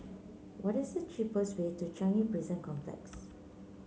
what is the cheapest way to Changi Prison Complex